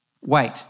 Wait